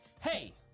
Hey